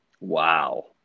Wow